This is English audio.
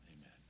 amen